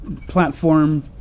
platform